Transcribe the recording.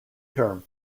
term